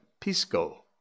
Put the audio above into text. Pisco